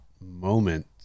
moment